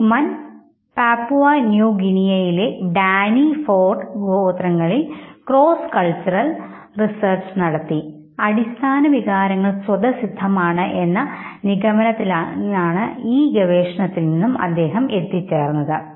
Ekman Papua New ഗ്വിനിയയിലെ Dani Fore ഗോത്രങ്ങളിൽ cross cultural research നടത്തി അടിസ്ഥാന വികാരങ്ങൾ സ്വതസിദ്ധമാണ് എന്ന നിഗമനത്തിലാണ് അദ്ദേഹം എത്തിച്ചേർന്നത്